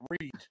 read